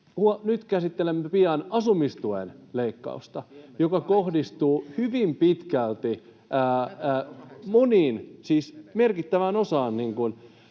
Käsittelemme pian asumistuen leikkausta, joka kohdistuu hyvin pitkälti merkittävään osaan